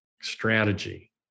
strategy